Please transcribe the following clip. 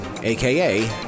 aka